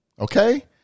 Okay